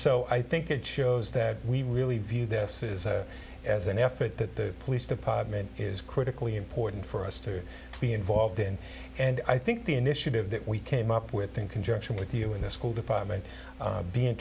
so i think it shows that we really view this as an effort that the police department is critically important for us to be involved in and i think the initiative that we came up with in conjunction with you in the school department